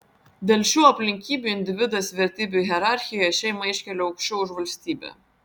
dėl šių aplinkybių individas vertybių hierarchijoje šeimą iškelia aukščiau už valstybę